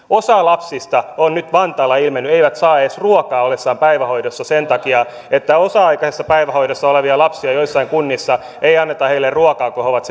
osa lapsista on nyt vantaalla ilmennyt ei saa edes ruokaa ollessaan päivähoidossa sen takia että osa aikaisessa päivähoidossa oleville lapsille joissain kunnissa ei anneta ruokaa kun he ovat